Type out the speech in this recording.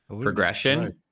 progression